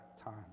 time